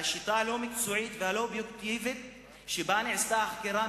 והשיטה הלא-מקצועית והלא-אובייקטיבית שבה נעשתה החקירה,